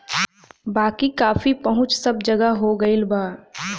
बाकी कॉफ़ी पहुंच सब जगह हो गईल बा